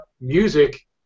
music